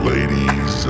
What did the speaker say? Ladies